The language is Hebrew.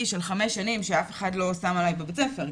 של חמש שנים שאף אחד לא שם עליי בבית הספר,